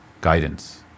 guidance